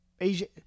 asian